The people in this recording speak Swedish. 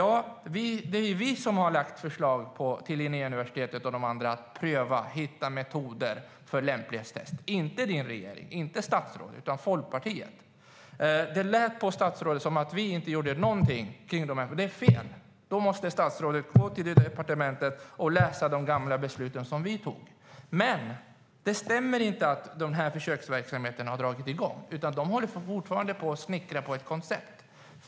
Det är vi som har lagt fram förslag till Linnéuniversitetet och de andra att de ska hitta metoder för lämplighetstester, inte statsrådet och hennes regering utan Folkpartiet. Det lät på statsrådet som om vi inte gjorde någonting åt dessa frågor. Det är fel. Statsrådet måste i så fall gå till departementet och läsa de tidigare beslut som vi fattade. Det stämmer inte att försöksverksamheterna har dragit igång. Man håller fortfarande på att snickra på ett koncept.